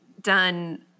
done